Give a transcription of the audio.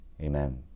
Amen